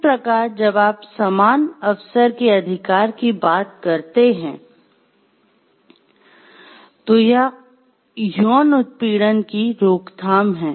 इस प्रकार जब आप समान अवसर के अधिकार की बात करते हैं तो यह यौन उत्पीड़न की रोकथाम है